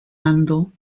handle